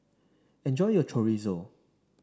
enjoy your Chorizo